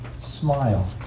smile